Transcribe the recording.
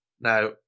Now